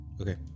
Okay